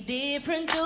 different